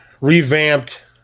revamped